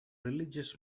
religious